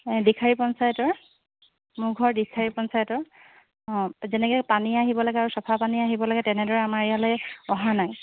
দিখাৰী পঞ্চায়তৰ মোৰ ঘৰ দিখাৰী পঞ্চায়তত অঁ যেনেকে পানী আহিব লাগে আৰু চাফা পানী আহিব লাগে তেনেদৰে আমাৰ ইয়ালে অহা নাই